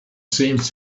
seems